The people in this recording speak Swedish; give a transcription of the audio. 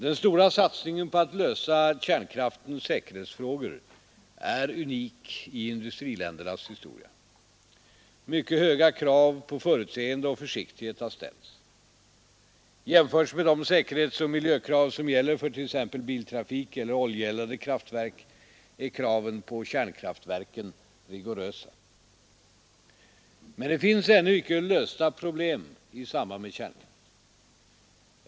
Den stora satsningen på att lösa kärnkraftens säkerhetsfrågor är unik i industriländernas historia. Mycket höga krav på förutseende och försiktighet har ställts. I jämförelse med de säkerhetsoch miljökrav som gäller för t.ex. biltrafik eller oljeeldade kraftverk är kraven på kärnkraftverken rigorösa. Men det finns ännu icke lösta problem i samband med kärnkraft.